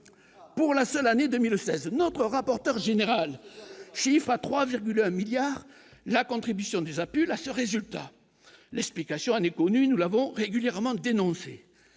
pour la seule année 2016 notre rapporteur général, chiffre à 3,1 milliards la contribution des appels à ce résultat, l'explication en est connue, nous l'avons régulièrement dénoncés